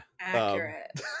accurate